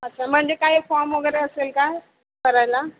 अच्छा म्हणजे काही फॉम वगैरे असेल का भरायला